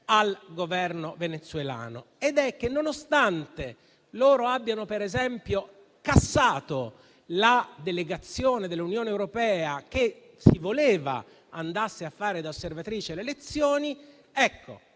al Governo venezuelano: nonostante abbia per esempio cassato la delegazione dell'Unione europea, che si voleva andasse a fare da osservatrice alle elezioni, deve